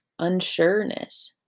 unsureness